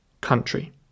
country